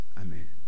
Amen